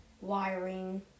wiring